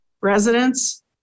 residents